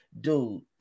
Dude